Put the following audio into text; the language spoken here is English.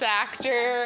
actor